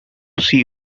see